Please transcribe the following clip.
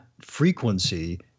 frequency